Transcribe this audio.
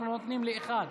אנחנו נותנים לאחד.